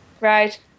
Right